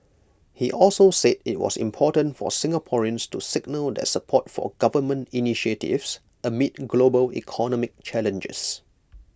he also said IT was important for Singaporeans to signal their support for government initiatives amid global economic challenges